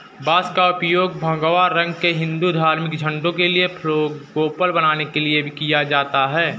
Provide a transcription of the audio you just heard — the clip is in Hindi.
बांस का उपयोग भगवा रंग के हिंदू धार्मिक झंडों के लिए फ्लैगपोल बनाने के लिए भी किया जाता है